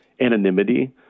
anonymity